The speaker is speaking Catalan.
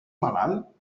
malalt